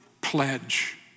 pledge